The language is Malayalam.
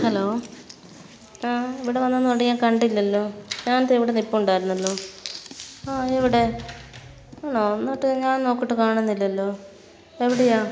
ഹലോ ആ ഇവിടെ വന്നുന്നോടി ഞാൻ കണ്ടില്ലല്ലോ ഞാൻ ദേ ഇവിടെ നിൽപ്പുണ്ടായിരുന്നല്ലോ ആ എവിടെ ആണോ എന്നിട്ട് ഞാൻ നോക്കിയിട്ട് കാണുന്നില്ലല്ലോ എവിടെയാണ്